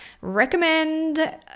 Recommend